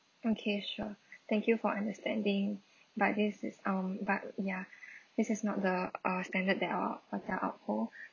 okay sure thank you for understanding but this is um but ya this is not the uh standard that our hotel uphold